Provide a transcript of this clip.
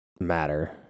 matter